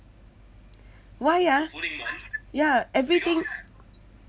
why ah ya everything